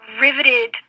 riveted